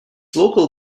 local